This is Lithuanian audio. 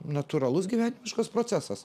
natūralus gyvenimiškas procesas